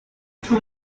too